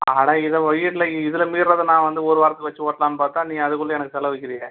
அட இதை வீட்டில இதில் மீர்றதை நான் வந்து ஒரு வாரத்துக்கு வச்சு ஓட்டலான்னு பார்த்தா நீ அதுக்குள்ளே எனக்கு செலவு வைக்கிறியே